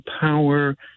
power